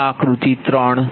તેથી આ આકૃતિ 3